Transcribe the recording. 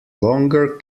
longer